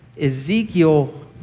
Ezekiel